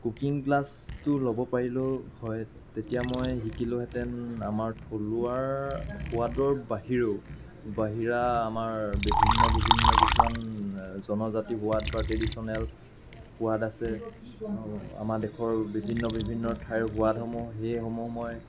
cooking ক্লাছটো ল'ব পাৰিলেও হয় তেতিয়া মই শিকিলোঁহেঁতেন আমাৰ থলুৱা সোৱাদৰ বাহিৰেও বাহিৰা আমাৰ বিভিন্ন বিভিন্ন কিছুমান জনজাতি সোৱাদ বা ট্ৰেডিশ্যনেল সোৱাদ আছে আমাৰ দেশৰ বিভিন্ন বিভিন্ন ঠাইৰ সোৱাদসমূহ সেইসমূহ মই